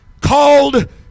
called